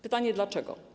Pytanie: Dlaczego?